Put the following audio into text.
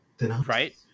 right